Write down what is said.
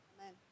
Amen